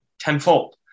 tenfold